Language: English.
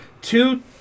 two